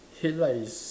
headlight is